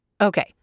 Okay